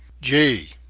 gee!